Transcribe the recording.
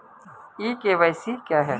ई KYC क्या है?